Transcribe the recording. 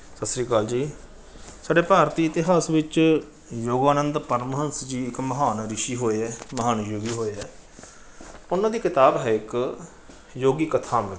ਸਤਿ ਸ਼੍ਰੀ ਅਕਾਲ ਜੀ ਸਾਡੇ ਭਾਰਤੀ ਇਤਿਹਾਸ ਵਿੱਚ ਯੋਗਾਨੰਦ ਪਰਮਹੰਸ ਜੀ ਇੱਕ ਮਹਾਨ ਰਿਸ਼ੀ ਹੋਏ ਹੈ ਮਹਾਨ ਯੋਗੀ ਹੋਏ ਹੈ ਉਹਨਾਂ ਦੀ ਕਿਤਾਬ ਹੈ ਇੱਕ ਯੋਗੀ ਕਥਾਮਿੱਥ